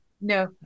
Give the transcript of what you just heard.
no